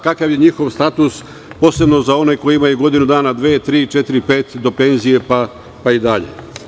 Kakav je njihov status, posebno za one koji imaju godinu dana, dve, tri, četiri, pet do penzije, pa i dalje?